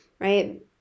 right